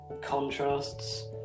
contrasts